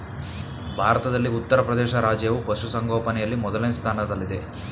ಭಾರತದಲ್ಲಿ ಉತ್ತರಪ್ರದೇಶ ರಾಜ್ಯವು ಪಶುಸಂಗೋಪನೆಯಲ್ಲಿ ಮೊದಲನೇ ಸ್ಥಾನದಲ್ಲಿದೆ